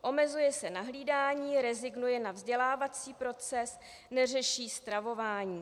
Omezuje se na hlídání, rezignuje na vzdělávací proces, neřeší stravování.